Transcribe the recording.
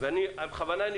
אני מבינה.